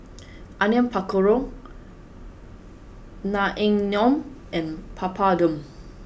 Onion Pakora Naengmyeon and Papadum